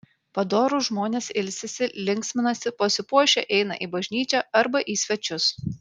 padorūs žmonės ilsisi linksminasi pasipuošę eina į bažnyčią arba į svečius